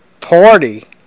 party